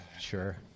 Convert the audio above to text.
Sure